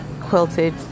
quilted